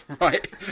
Right